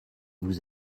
vous